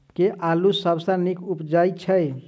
केँ आलु सबसँ नीक उबजय छै?